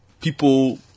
people